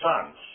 sons